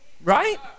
right